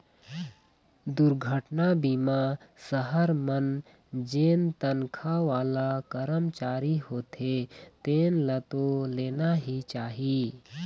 दुरघटना बीमा सहर मन जेन तनखा वाला करमचारी होथे तेन ल तो लेना ही चाही